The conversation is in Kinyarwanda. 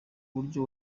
buryo